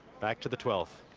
back to the twelfth.